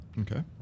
okay